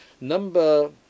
Number